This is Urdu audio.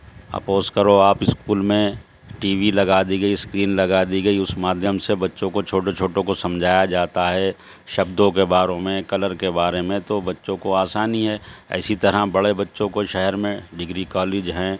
اپوز کرو آپ اسکول میں ٹی وی لگا دی گئی اسکرین لگا دی گئی اس مادھیم سے بچوں کو چھوٹے چھوٹوں کو سمجھایا جاتا ہے شبدوں کے بارے میں کلر کے بارے میں تو بچوں کو آسانی ہے اور اسی طرح بڑے بچوں کو شہر میں ڈگری کالج ہیں